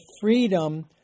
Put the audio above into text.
freedom